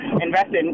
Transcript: invested